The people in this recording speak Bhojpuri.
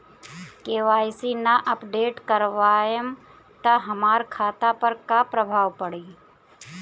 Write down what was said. के.वाइ.सी ना अपडेट करवाएम त हमार खाता पर का प्रभाव पड़ी?